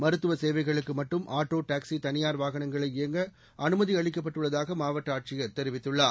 மருத்துவ சேவைகளுக்கு மட்டும் ஆட்டோ டாக்ஸி தனியார் வாகனங்கள் இயங்க அனுமதி அளிக்கப்பட்டுள்ளதாக மாவட்ட ஆட்சியர் தெரிவித்துள்ளார்